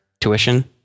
tuition